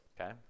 Okay